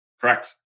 correct